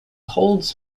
holds